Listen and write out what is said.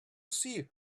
see